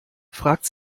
fragte